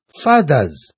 Fathers